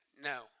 No